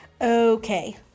Okay